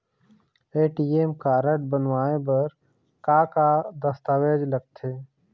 ATM card बनवाए बर का का दस्तावेज लगथे?